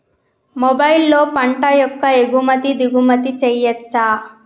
మొబైల్లో పంట యొక్క ఎగుమతి దిగుమతి చెయ్యచ్చా?